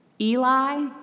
Eli